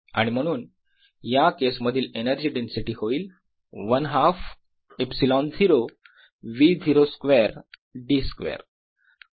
आणि म्हणून या केसमधील एनर्जी डेन्सिटी होईल 1 half ε0 V0 square over d square